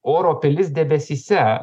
oro pilis debesyse